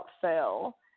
fail